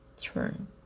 turn